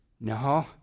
No